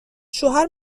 شوهر